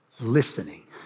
listening